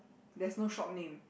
there's no shop name